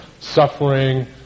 suffering